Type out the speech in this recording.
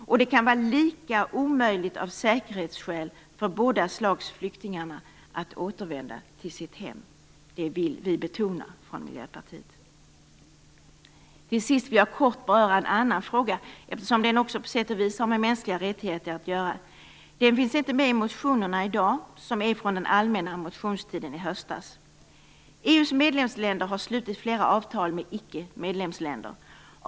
Och det kan vara lika omöjligt av säkerhetsskäl för båda slagen av flyktingar att återvända till sitt hem. Det vill vi betona från Till sist vill jag kort beröra en annan fråga eftersom den också på sätt och vis har med mänskliga rättigheter att göra. Den finns inte med i motionerna i dag som är från den allmänna motionstiden i höstas. EU:s medlemsländer har slutit flera avtal med icke-medlemsländer.